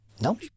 No